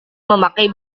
memakai